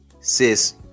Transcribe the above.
Sis